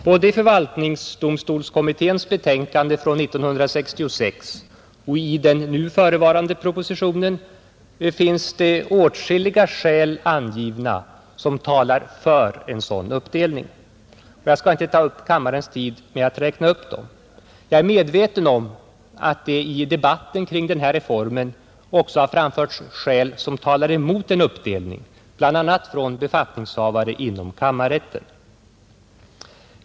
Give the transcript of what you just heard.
Både i förvaltningsdomstolskommitténs betänkande från år 1966 och i den nu förevarande propositionen finns åtskilliga skäl angivna som talar för en sådan uppdelning. Jag skall inte uppta kammarens tid med att räkna upp dessa skäl. Jag är medveten om att det i debatten kring den här reformen också har framförts skäl som talar mot en uppdelning, bl.a. från befattningshavare inom kammarrätten.